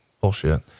bullshit